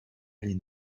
allées